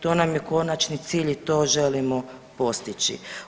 To nam je konačni cilj i to želimo postići.